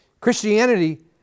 Christianity